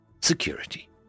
security